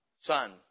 son